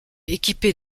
équipé